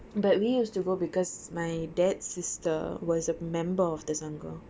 but we used to go because my dad's sister was a member of the sangam